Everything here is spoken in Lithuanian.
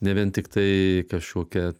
ne vien tiktai kažkokia